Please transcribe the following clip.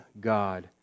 God